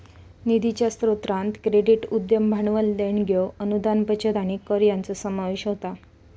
निधीच्या स्रोतांत क्रेडिट, उद्यम भांडवल, देणग्यो, अनुदान, बचत आणि कर यांचो समावेश होता